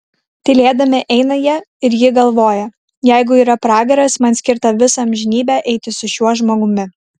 tylėdami eina jie ir ji galvoja jeigu yra pragaras man skirta visą amžinybę eiti su šiuo žmogumi